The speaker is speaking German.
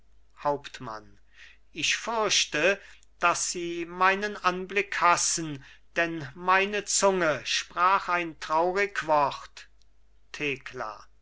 hauptmann ich fürchte daß sie meinen anblick hassen denn meine zunge sprach ein traurig wort thekla